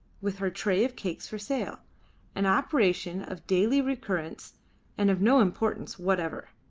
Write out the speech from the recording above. with her tray of cakes for sale an apparition of daily recurrence and of no importance whatever.